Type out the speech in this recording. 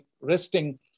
resting